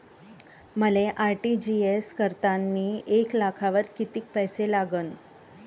मले आर.टी.जी.एस करतांनी एक लाखावर कितीक पैसे लागन?